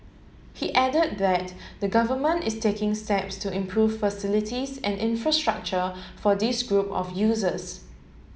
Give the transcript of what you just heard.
he added that the Government is taking steps to improve facilities and infrastructure for this group of users